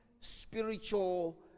spiritual